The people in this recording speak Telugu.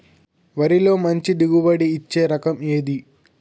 వరిలో మంచి దిగుబడి ఇచ్చే రకం ఏది?